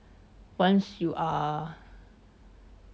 once you are